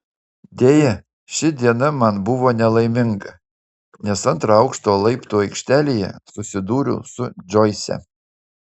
deja ši diena man buvo nelaiminga nes antro aukšto laiptų aikštelėje susidūriau su džoise